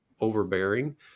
overbearing